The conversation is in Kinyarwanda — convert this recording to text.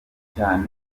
cyane